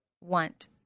want